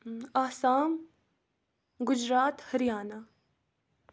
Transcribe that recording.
Assam Gujarat Haryana